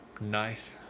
Nice